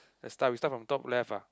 let's start we start from top left ah